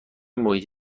محیط